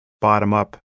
bottom-up